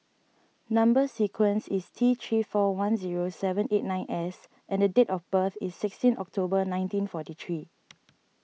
Number Sequence is T three four one zero seven eight nine S and the date of birth is sixteen October nineteen forty three